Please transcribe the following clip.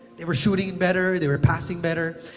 they were shooting better? they were passing better.